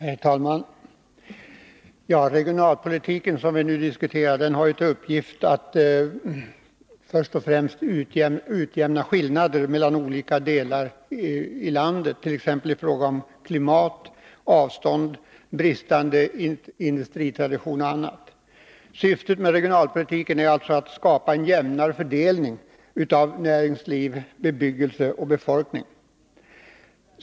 Herr talman! Regionalpolitiken, som vi nu diskuterar, har ju till uppgift att först och främst utjämna skillnader mellan olika delar av landet i fråga om klimat, avstånd, bristande industritradition och annat. Syftet med regionalpolitiken är alltså att skapa en jämnare fördelning av näringsliv, bebyggelse och befolkning.